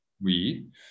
oui